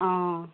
অঁ